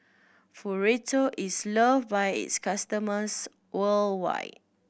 Futuro is love by its customers worldwide